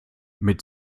mit